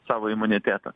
savo imunitetą